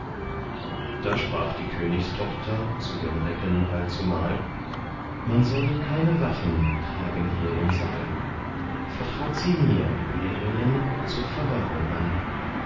da sprach die königstochter zu den recken allzumal man soll keine waffen tragen hier im saal vertraut sie mir ihr helden zur verwahrung an